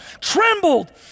trembled